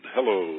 Hello